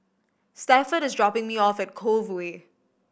Stafford is dropping me off at Cove Way